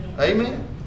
Amen